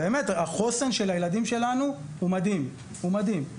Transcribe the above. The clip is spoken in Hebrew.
באמת, החוסן של הילדים שלנו הוא מדהים, הוא מדהים.